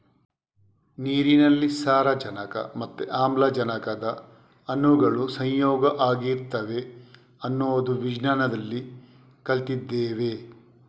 ನೀರಿನಲ್ಲಿ ಸಾರಜನಕ ಮತ್ತೆ ಆಮ್ಲಜನಕದ ಅಣುಗಳು ಸಂಯೋಗ ಆಗಿರ್ತವೆ ಅನ್ನೋದು ವಿಜ್ಞಾನದಲ್ಲಿ ಕಲ್ತಿದ್ದೇವೆ